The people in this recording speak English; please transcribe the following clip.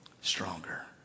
stronger